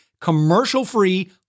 commercial-free